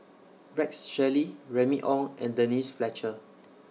Rex Shelley Remy Ong and Denise Fletcher